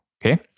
Okay